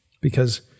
because-